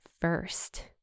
first